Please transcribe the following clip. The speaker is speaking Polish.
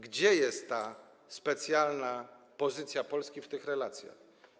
Gdzie jest ta specjalna pozycja Polski w tych relacjach?